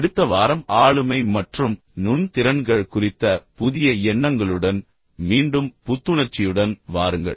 அடுத்த வாரம் ஆளுமை மற்றும் நுண் திறன்கள் குறித்த புதிய எண்ணங்களுடன் மீண்டும் புத்துணர்ச்சியுடன் வாருங்கள்